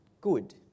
good